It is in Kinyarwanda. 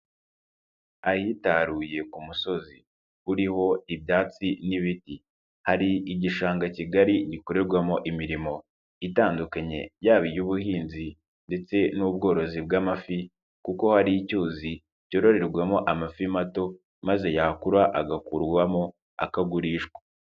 Ahitaruye ku musozi uriho ibyatsi n'ibiti, hari igishanga kigari gikorerwamo imirimo itandukanye yaba iy'ubuhinzi ndetse n'ubworozi bw'amafi kuko hari icyuzi cyororerwamo amafi mato maze yakura agakurwamo akagurishwa.